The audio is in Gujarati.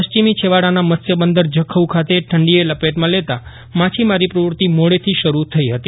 પશ્ચિમી છેવાડાના મત્સ્ય બંદર જખૌ ખાતે ઠંડીએ લપેટમાં લેતાં માછીમારી પ્રવૃત્તિ મોડેથી શરૂ થઇ હતી